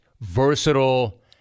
versatile